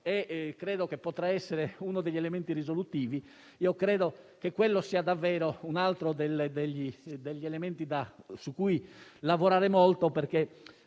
credo che potrà essere uno degli elementi risolutivi. Ritengo che quello sia davvero un altro degli elementi su cui lavorare molto perché